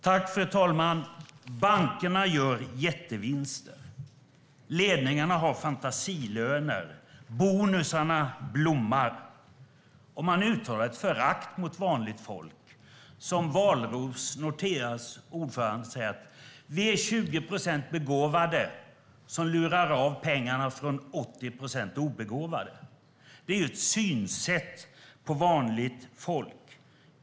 Fru talman! Bankerna gör jättevinster. Ledningarna har fantasilöner. Bonusarna blommar. Och man uttalar ett förakt för vanligt folk; Wahlroos, Nordeas ordförande, säger: Vi är 20 procent begåvade som lurar de 80 procenten obegåvade på pengarna. Det är ett sätt att se på vanligt folk.